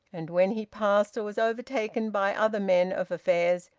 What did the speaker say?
and when he passed, or was overtaken by, other men of affairs,